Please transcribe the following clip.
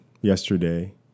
yesterday